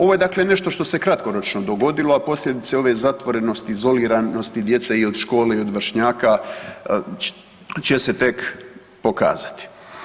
Ovo je dakle nešto što se kratkoročno dogodilo, a posljedice ove zatvorenosti, izoliranosti djece i od škole i od vršnjaka će se tek pokazati.